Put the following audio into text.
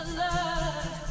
love